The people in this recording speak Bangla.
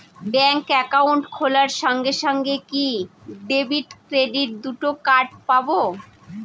ব্যাংক অ্যাকাউন্ট খোলার সঙ্গে সঙ্গে কি ডেবিট ক্রেডিট দুটো কার্ড পাবো?